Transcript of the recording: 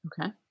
Okay